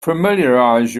familiarize